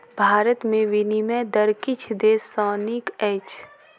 भारत में विनिमय दर किछ देश सॅ नीक अछि